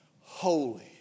holy